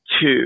two